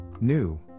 New